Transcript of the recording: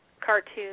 cartoon